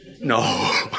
No